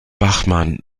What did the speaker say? bachmann